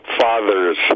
fathers